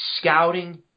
scouting